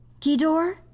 Gidor